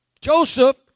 Joseph